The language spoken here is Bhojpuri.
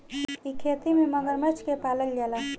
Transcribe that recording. इ खेती में मगरमच्छ के पालल जाला